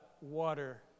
water